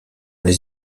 les